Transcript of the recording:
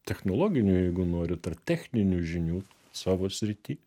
technologinių jeigu norit ar techninių žinių savo srity